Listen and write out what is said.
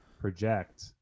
project